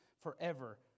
forever